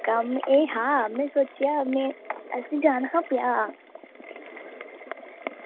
कम्म एह् हा में सोचेआ में असें जाना हा ब्याह्